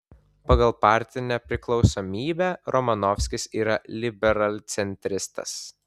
pagal partinę priklausomybę romanovskis yra liberalcentristas